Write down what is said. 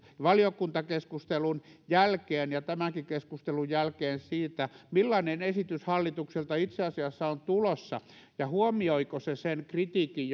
valiokuntakeskustelun jälkeen ja tämänkin keskustelun jälkeen siitä millainen esitys hallitukselta itse asiassa on tulossa ja huomioiko se sen kritiikin